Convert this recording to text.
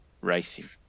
racing